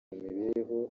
mibereho